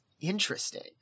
Interesting